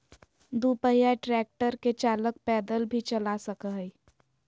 दू पहिया ट्रेक्टर के चालक पैदल भी चला सक हई